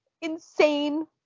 insane